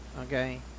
Okay